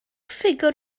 ffigwr